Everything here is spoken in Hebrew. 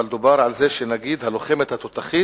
אבל, דובר על זה שנגיד הלוחמת התותחית